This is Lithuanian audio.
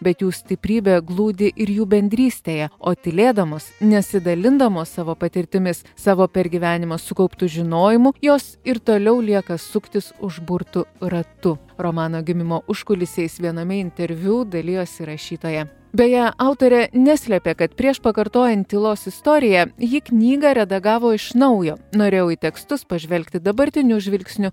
bet jų stiprybė glūdi ir jų bendrystėje o tylėdamos nesidalindamos savo patirtimis savo per gyvenimą sukauptu žinojimu jos ir toliau lieka suktis užburtu ratu romano gimimo užkulisiais viename interviu dalijosi rašytoja beje autorė neslėpė kad prieš pakartojant tylos istoriją ji knygą redagavo iš naujo norėjau į tekstus pažvelgti dabartiniu žvilgsniu